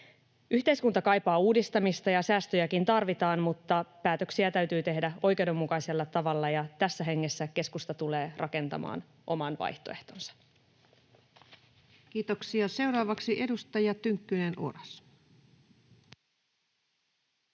Yhteiskunta kaipaa uudistamista, ja säästöjäkin tarvitaan, mutta päätöksiä täytyy tehdä oikeudenmukaisella tavalla, ja tässä hengessä keskusta tulee rakentamaan oman vaihtoehtonsa. [Speech 506] Speaker: